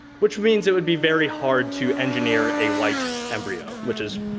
which means it would be very hard to engineer a white embryo which is,